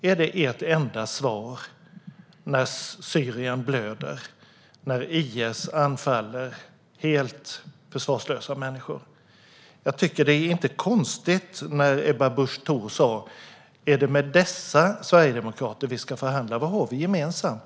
Är det ert enda svar när Syrien blöder och när IS anfaller helt försvarslösa människor? Det är inte konstigt att Ebba Busch Thor frågade: Är det med dessa sverigedemokrater vi ska förhandla? Vad har vi gemensamt?